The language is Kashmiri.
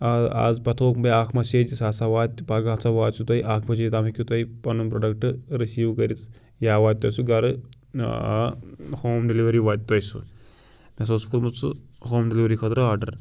آز پتہٕ تھوکھ بیاکھ میسیج سُہ ہسا واتہِ پگاہ ہسا واتہِ سُہ تۄہۍ اکھ بجے تام ہیٚکِو تُہۍ پنُن پروڈَکٹ رسیٖو کٔرِتھ یا واتیو سُہ گرٕ ہوم ڈِلِوری واتہِ تۄہہِ سُہ مےٚ ہسا اوس کوٚرمُت سُہ ہوم ڈلِوری خٲطرٕ آرڈَر